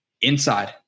Inside